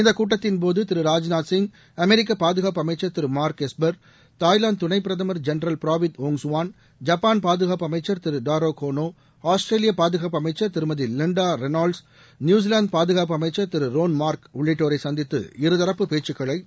இந்த கூட்டத்தின்போது திரு ராஜ்நாத் சிங் அமெரிக்க பாதுகாப்பு அமைச்சர் திரு மார்க் எஸ்பர் தாய்லாந்து துணைப் பிரதமர் ஜென்ரல் பிராவித் ஒங்சுவான் ஜப்பான் பாதுகாப்பு அமைச்சர் திரு டாரோ கோனோ ஆஸ்திரேலிய பாதுகாப்பு அமைச்சர் திருமதி லிண்டா ரேனால்ட்ஸ் நியூசிவாந்து பாதுகாப்பு அமைச்சர் திரு ரோன் மார்க் உள்ளிட்டோரை சந்தித்து இருதரப்பு பேச்சுக்களை நடத்தினார்